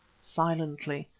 silently,